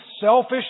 selfish